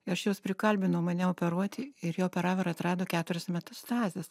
aš juos prikalbinau mane operuoti ir jie operavo ir atrado keturias metastazes